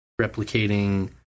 replicating